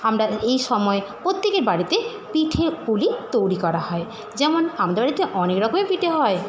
আমরা এই সময়ে প্রত্যেকের বাড়িতে পিঠে পুলি তৈরি করা হয় যেমন আমাদের বাড়িতে অনেকরকমের পিঠে হয়